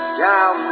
down